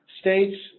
states